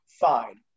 fine